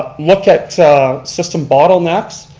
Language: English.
look at system bottlenecks.